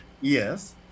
Yes